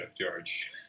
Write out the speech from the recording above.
George